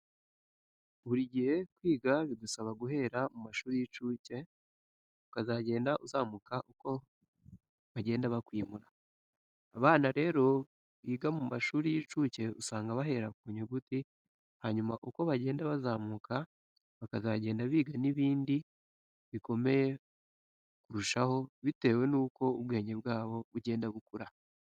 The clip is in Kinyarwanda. Buri gihe kwiga bigusaba guhera mu mashuri y'incuke ukazagenda uzamuka uko bagenda bakwimura. Abana rero biga mu mashuri y'incuke usanga bahera ku nyuguti, hanyuma uko bagenda bazamuka bakazagenda biga n'ibindi bikomeye kurushaho bitewe nuko ubwenge bwabo bugenda bukura.